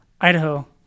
Idaho